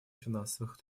финансовых